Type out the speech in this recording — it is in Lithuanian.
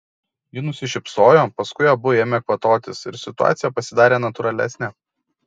ji nusišypsojo paskui abu ėmė kvatotis ir situacija pasidarė natūralesnė